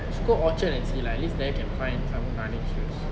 you should go orchard and see lah at least there can find some running shoes